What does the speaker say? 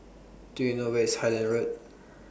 Do YOU know Where IS Highland Road